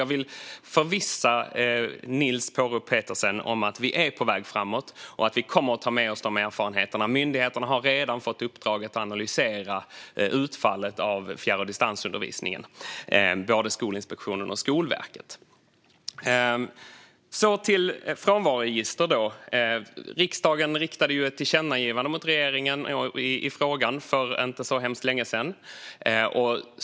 Jag vill därför förvissa Niels Paarup-Petersen om att vi är på väg framåt och att vi kommer att ta med oss dessa erfarenheter. Både Skolinspektionen och Skolverket har redan fått i uppdrag att analysera utfallet av fjärr och distansundervisningen. Riksdagen riktade ett tillkännagivande till regeringen om frånvaroregister för inte så hemskt länge sedan.